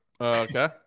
Okay